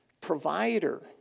Provider